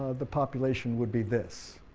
the population would be this,